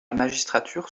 magistrature